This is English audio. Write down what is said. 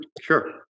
Sure